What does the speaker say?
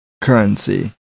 currency